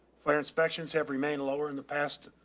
fire inspections have remained lower in the past,